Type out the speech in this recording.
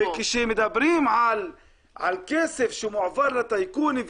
וכאשר מדברים על כסף שמועבר לטייקונים,